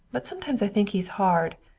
but sometimes i think he's hard.